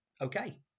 okay